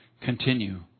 continue